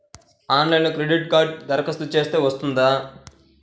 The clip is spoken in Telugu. ఆన్లైన్లో క్రెడిట్ కార్డ్కి దరఖాస్తు చేస్తే వస్తుందా?